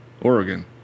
Oregon